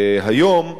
היום,